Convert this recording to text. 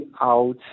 out